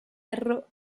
ferro